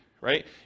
right